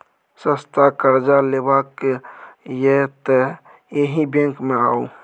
सस्ता करजा लेबाक यै तए एहि बैंक मे आउ